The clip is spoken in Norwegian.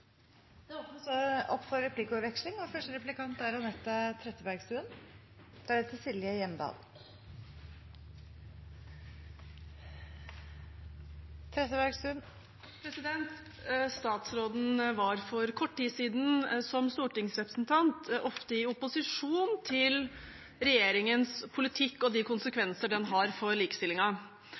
Det blir replikkordskifte. Statsråden var for kort tid siden, som stortingsrepresentant, ofte i opposisjon til regjeringens politikk og de konsekvenser den har for